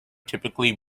typically